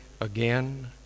again